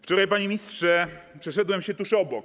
Wczoraj, panie ministrze, przeszedłem się tuż obok.